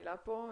העלה פה.